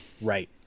Right